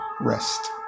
rest